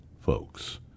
folks